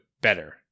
better